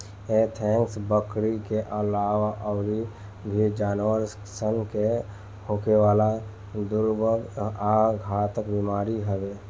anthrax, बकरी के आलावा आयूरो भी जानवर सन के होखेवाला दुर्गम आ घातक बीमारी हवे